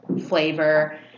flavor